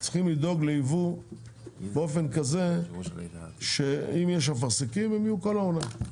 צריכים לדאוג לייבוא באופן כזה שאם יש אפרסקים הם יהיו כל העונה.